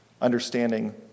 understanding